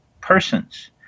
persons